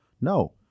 no